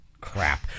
Crap